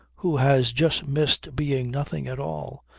who has just missed being nothing at all,